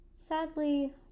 Sadly